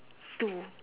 two